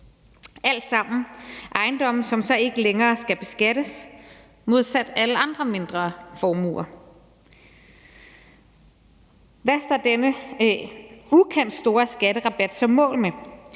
alle sammen ejendomme, som ikke længere skal beskattes modsat alle andre mindre formuer. Hvad står denne ukendt store skatterabat så mål med?